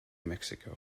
mexico